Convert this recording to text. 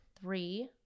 three